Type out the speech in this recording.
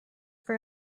for